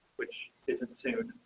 which isn't the same